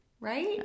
Right